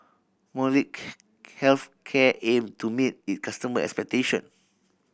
molnylcke Health Care aim to meet it customer expectation